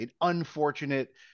unfortunate